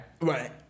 right